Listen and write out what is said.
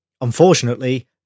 unfortunately